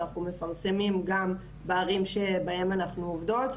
אנחנו מפרסמים גם ברים שבהם אנחנו עובדות,